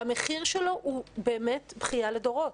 והמחיר שלו הוא באמת בכייה לדורות.